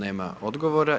Nema odgovora.